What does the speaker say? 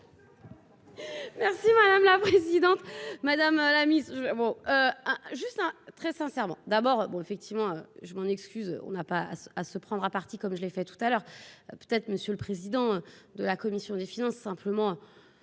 Merci madame la présidente, madame la mise bon juste hein. Très sincèrement, d'abord, bon effectivement, je m'en excuse, on n'a pas à se prendre à partie, comme je l'ai fait tout à l'heure peut-être, monsieur le président de la commission des finances, simplement,